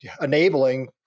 enabling